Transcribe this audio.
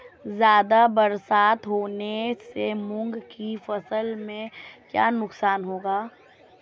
ज़्यादा बरसात होने से मूंग की फसल में क्या नुकसान होगा?